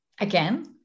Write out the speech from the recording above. Again